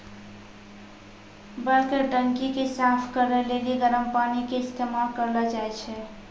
bulk टंकी के साफ करै लेली गरम पानी के इस्तेमाल करलो जाय छै